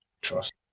trust